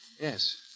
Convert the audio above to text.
Yes